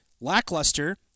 lackluster